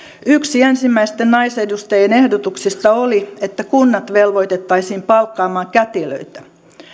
yksi ensimmäisten naisedustajien ehdotuksista oli että kunnat velvoitettaisiin palkkaamaan kätilöitä